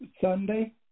Sunday